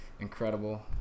incredible